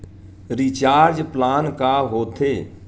Recharge plan का होथे?